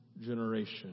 generation